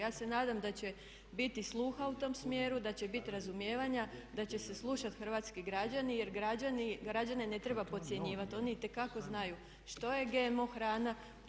Ja se nadam da će biti sluha u tom smjeru, da će biti razumijevanja, da će se slušati hrvatski građani jer građane ne treba podcjenjivati, oni itekako znaju što je GMO hrana.